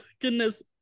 goodness